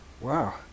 Wow